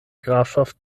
grafschaft